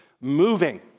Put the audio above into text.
moving